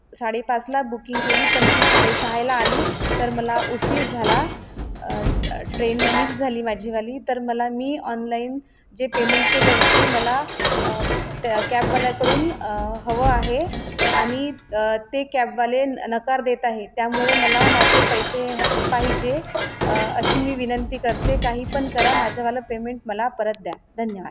साडे पाचला बुकिंग केली पण ती साडे सहाला आली तर मला उशीर झाला ट्रेन मिस झाली माझीवाली तर मला मी ऑनलाईन जे पेमेंट केलेलं ते मला त्या कॅबवाल्याकडून हवं आहे आणि ते कॅबवाले नकार देत आहे त्यामुळे मला माझे पैसे ह पाहिजे अशी मी विनंती करते काही पण करा माझ्यावाला पेमेंट मला परत द्या धन्यवाद